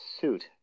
suit